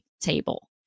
table